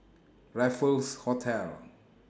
Raffles Hotel